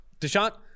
Deshaun –